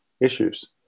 issues